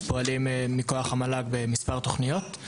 פועלים מכוח המועצה להשכלה גבוהה במספר תוכניות,